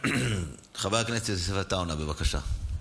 חבר הכנסת יוסף עטאונה, בבקשה.